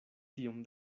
tiom